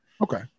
Okay